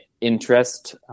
interest